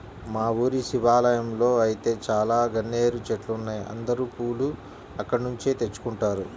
మా ఊరి శివాలయంలో ఐతే చాలా గన్నేరు చెట్లున్నాయ్, అందరూ పూలు అక్కడ్నుంచే తెచ్చుకుంటారు